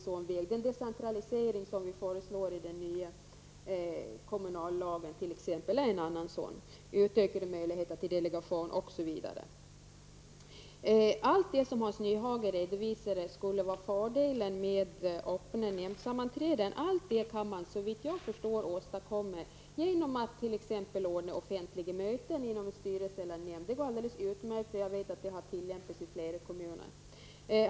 Andra metoder är bl.a. den decentralisering som föreslås i den nya kommunallagen och utökade möjligheter till delegation. Allt det som Hans Nyhage redovisade skulle vara fördelar med öppna nämndsammanträden, kan man såvitt jag förstår åstadkomma genom att t.ex. ordna offentliga möten för styrelsen eller nämnden. Det går utmärkt. Jag vet att det har tillämpats i flera kommuner.